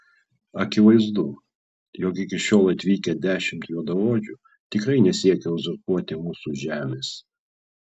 akivaizdu jog iki šiol atvykę dešimt juodaodžių tikrai nesiekia uzurpuoti mūsų žemės